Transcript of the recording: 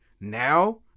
Now